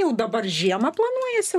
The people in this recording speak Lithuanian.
jau dabar žiemą planuojasi